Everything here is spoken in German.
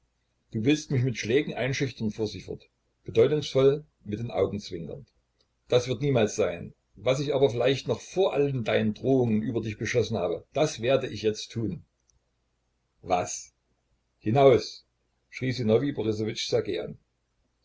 du willst mich mit schlägen einschüchtern fuhr sie fort bedeutungsvoll mit den augen zwinkernd das wird niemals sein was ich aber vielleicht noch vor allen deinen drohungen über dich beschlossen habe das werde ich jetzt tun was hinaus schrie